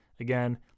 Again